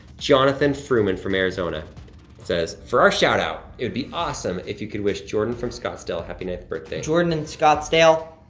jonathan frewman from arizona says, for our shout-out, it would be awesome if you could wish jordan from scottsdale happy ninth birthday. jordan in scottsdale,